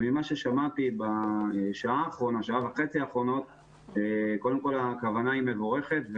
ממה ששמעתי בשעה וחצי האחרונות הכוונה מבורכת.